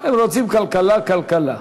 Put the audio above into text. הם רוצים כלכלה, כלכלה.